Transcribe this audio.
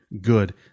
good